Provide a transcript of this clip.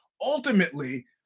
Ultimately